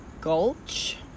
Gulch